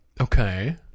Okay